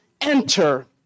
enter